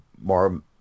more